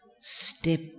step